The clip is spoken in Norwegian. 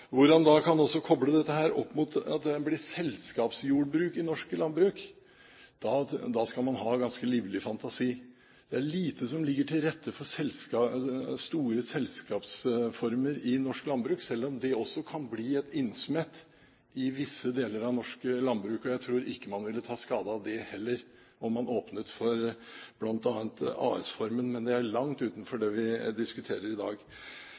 koble dette opp mot at det blir «selskapsjordbruk» i norsk landbruk, skal man ha ganske livlig fantasi. Det er lite som ligger til rette for store selskapsformer i norsk landbruk, selv om det også kan bli et innsmett i visse deler av norsk landbruk. Jeg tror ikke at man ville ta skade av det heller om man åpnet for bl.a. AS-formen, men det er langt utenfor det vi diskuterer i dag.